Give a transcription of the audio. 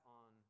on